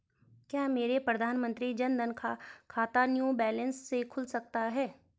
क्या मेरा प्रधानमंत्री जन धन का खाता शून्य बैलेंस से खुल सकता है?